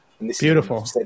Beautiful